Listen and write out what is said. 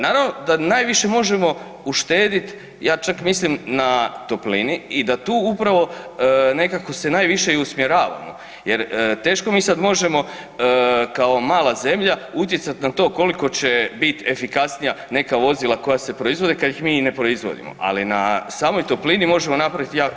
Naravno da najviše možemo uštedjeti ja čak mislim na toplini i da tu upravo nekako se najviše i usmjeravamo jer teško mi sad možemo kao mala zemlja utjecati na to koliko će biti efikasnija neka vozila koja se proizvode kad ih mi ni ne proizvodimo, ali na samoj toplini možemo napraviti jako,